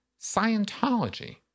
Scientology